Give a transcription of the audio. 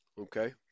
okay